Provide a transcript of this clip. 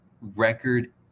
record